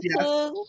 yes